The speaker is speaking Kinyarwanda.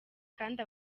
kandi